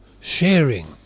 sharing